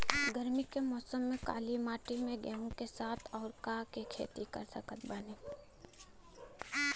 गरमी के मौसम में काली माटी में गेहूँ के साथ और का के खेती कर सकत बानी?